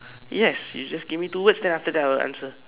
yes you just give me two words then after that I will answer